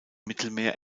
mittelmeer